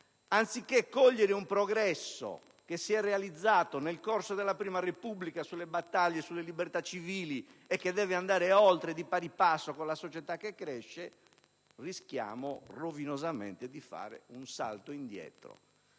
anziché cogliere un progresso che si è realizzato nel corso della prima Repubblica nelle battaglie sulle libertà civili e che deve andare oltre, di pari passo con la società che cresce, rischiamo rovinosamente di fare un salto indietro.